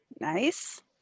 Nice